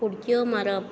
उडक्यो मारप